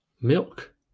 Milk